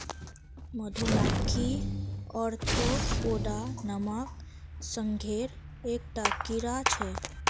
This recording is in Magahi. मधुमक्खी ओर्थोपोडा नामक संघेर एक टा कीड़ा छे